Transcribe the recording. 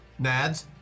nads